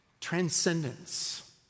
transcendence